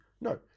No